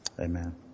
Amen